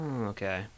okay